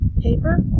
Paper